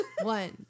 One